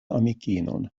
amikinon